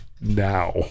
now